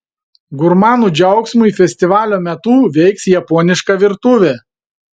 gurmanų džiaugsmui festivalio metu veiks japoniška virtuvė